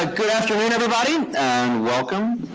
ah good afternoon, everybody, and welcome.